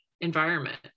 environment